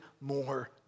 more